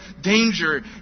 danger